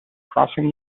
crossing